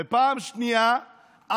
ופעם שנייה,